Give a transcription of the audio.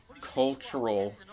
cultural